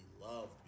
loved